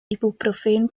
ibuprofen